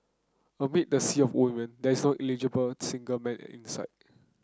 amid the sea of women there's no eligible single man in sight